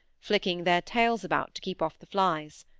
flicking their tails about to keep off the flies.